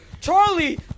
charlie